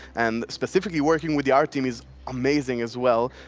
and specifically working with the art team is amazing as well.